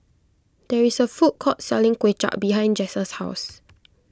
there is a food court selling Kuay Chap behind Jess' house